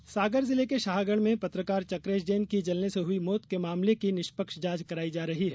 पत्रकार जांच सागर जिले के शाहगढ़ में पत्रकार चकेश जैन की जलने से हुई मौत के मामले की निष्पक्ष जांच कराई जा रही है